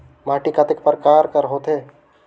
माटी कतेक परकार कर होथे?